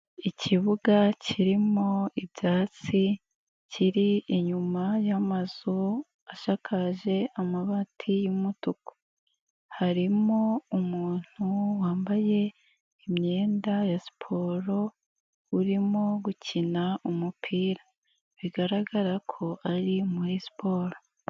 Ikibuga kirimo ibyatsi, kiri inyuma y'amazu asakaje amabati y'umutuku, harimo umuntu wambaye imyenda ya siporo, urimo gukina umupira, bigaragara ko ari muri siporo.